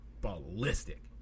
ballistic